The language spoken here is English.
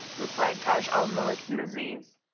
replied taj al-muluk and aziz,